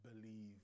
believe